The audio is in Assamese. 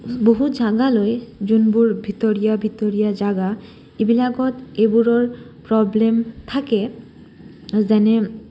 বহুত জাগা লৈ যোনবোৰ ভিতৰিয়া ভিতৰিয়া জাগা এইবিলাকত এইবোৰৰ প্ৰব্লেম থাকে যেনে